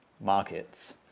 markets